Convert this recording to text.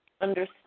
understand